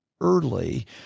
early